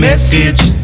message